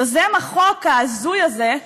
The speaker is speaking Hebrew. יוזם החוק ההזוי הזה,